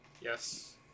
yes